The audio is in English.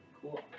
Cool